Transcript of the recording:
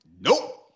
nope